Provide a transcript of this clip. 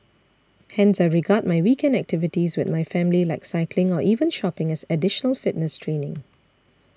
hence I regard my weekend activities with my family like cycling or even shopping as additional fitness training